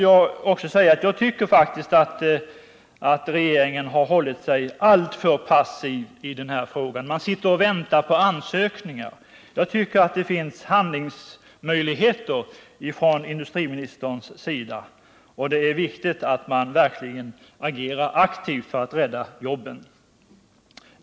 Jag tycker faktiskt att regeringen hållit sig alltför passiv i den här frågan. Man sitter och väntar på ansökningar. Jag anser att det finns handlingsmöjligheter för industriministern. Det är viktigt att man verkligen agerar aktivt för att rädda jobben.